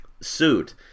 suit